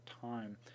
time